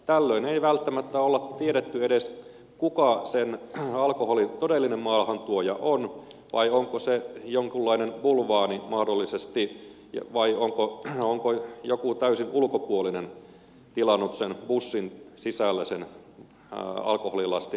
tällöin ei välttämättä olla tiedetty edes kuka sen alkoholin todellinen maahantuoja on vai onko se jonkunlainen bulvaani mahdollisesti vai onko joku täysin ulkopuolinen tilannut sen alkoholilastin sen bussin sisällä